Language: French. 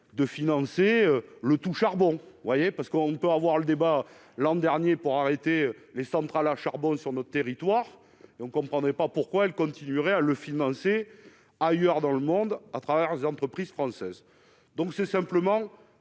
de financer le tout charbon vous voyez parce qu'on ne peut avoir le débat l'an dernier pour arrêter les centrales à charbon sur notre territoire et on ne comprendrait pas pourquoi elle continuerait à le financer ailleurs dans le monde à travers aux entreprises françaises, donc c'est simplement